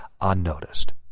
unnoticed